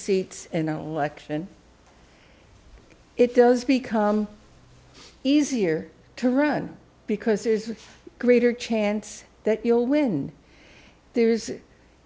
seats and it does become easier to run because there's a greater chance that you'll win there is